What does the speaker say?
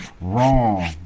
wrong